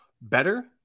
better